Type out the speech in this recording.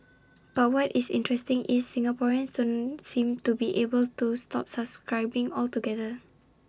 but what is interesting is Singaporeans don't seem to be able to stop subscribing altogether